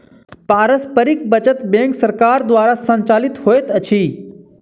पारस्परिक बचत बैंक सरकार द्वारा संचालित होइत अछि